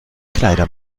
kleider